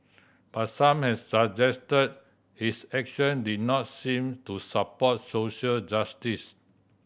but some have suggested his action did not seem to support social justice